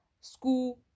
school